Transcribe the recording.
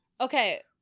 Okay